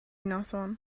noson